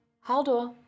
Haldor